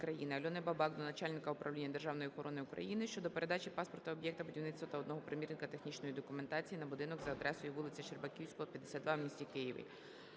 Альони Бабак до начальника Управління державної охорони України щодо передачі паспорта об'єкта будівництва та одного примірника технічної документації на будинок за адресою вулиця Щербаківського, 52 в місті Києві.